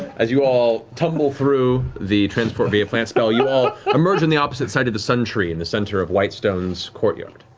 as you all tumble through the transport via plants spell, you all emerge on the opposite side of the sun tree in the center of whitestone's courtyard.